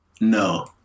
No